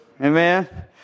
Amen